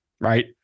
right